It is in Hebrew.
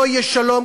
לא יהיה שלום,